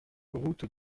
route